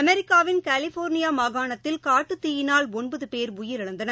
அமெரிக்காவின் கலிபோர்னியாமாகாணத்தில் காட்டுத் தீயினால் ஒன்பதுபோ உயிரிழந்தனர்